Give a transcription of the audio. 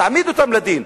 תעמידו אותם לדין.